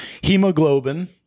hemoglobin